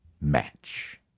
match